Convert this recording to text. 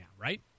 right